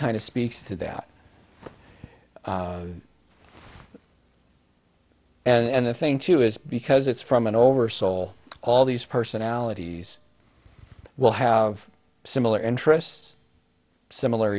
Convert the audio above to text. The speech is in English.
kind of speaks to that and the thing too is because it's from an over soul all these personalities will have similar interests similar